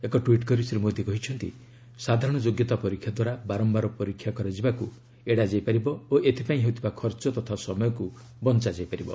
ଏକ ଟ୍ୱିଟ୍ କରି ଶ୍ରୀ ମୋଦୀ କହିଛନ୍ତି ସାଧାରଣ ଯୋଗ୍ୟତା ପରୀକ୍ଷା ଦ୍ୱାରା ବାରମ୍ଭାର ପରୀକ୍ଷା କରାଯିବାକୁ ଦୂର କରାଯାଇ ପାରିବ ଓ ଏଥିପାଇଁ ହେଉଥିବା ଖର୍ଚ୍ଚ ତଥା ସମୟକୁ ବଞ୍ଚାଯାଇ ପାରିବ